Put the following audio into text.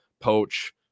poach